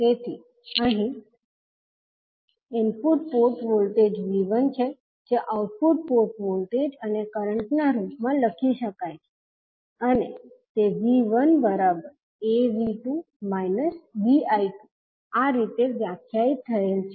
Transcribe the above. તેથી અહીં input port voltage 𝐕1 છે જે આઉટપુટ પોર્ટ વોલ્ટેજ અને કરંટના રૂપમાં લખી શકાય છે અને તે V1AV2 BI2 આ રીતે વ્યાખ્યાયિત થયેલ છે